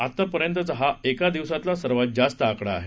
आजपर्यंतचा हा एकादिवसातला सर्वात जास्त आकडा आहे